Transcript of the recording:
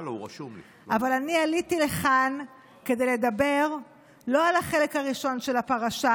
אבל אני עליתי לכאן כדי לדבר לא על החלק הראשון של הפרשה,